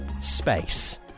space